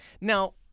Now